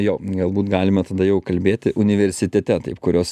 jo galbūt galime tada jau kalbėti universitete taip kurios